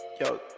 yo